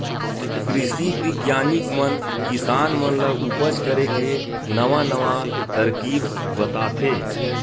कृषि बिग्यानिक मन किसान मन ल उपज करे के नवा नवा तरकीब बताथे